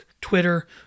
Twitter